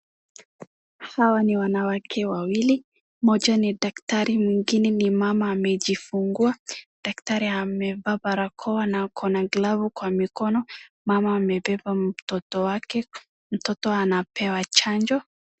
Hawa ni wanawake wawili. Mmoja ni daktari mwingine ni mama amejifungua. Daktari amevaa barakoa na ako na glavu kwa mikono. Mama amebeba mtoto wake, mtoto anapewa chanjo.